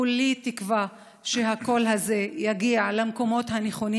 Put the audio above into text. כולי תקווה שהקול הזה יגיע למקומות הנכונים,